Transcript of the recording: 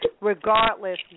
regardless